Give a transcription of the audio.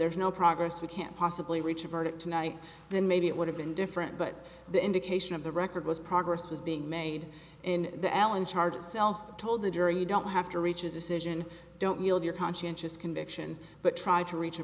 there's no progress we can't possibly reach a verdict tonight then maybe it would have been different but the indication of the record was progress was being made and the allen charge itself told the jury you don't have to reach a decision don't weild your conscientious conviction but try to reach a